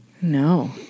No